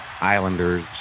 Islanders